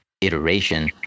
iteration